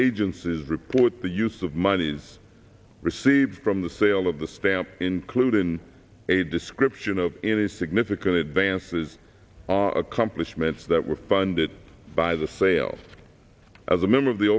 agencies report the use of monies received from the sale of the stamp included in a description of any significant advances accomplishments that were funded by the sales as a member of the